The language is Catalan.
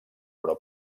però